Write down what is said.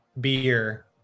beer